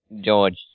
George